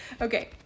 Okay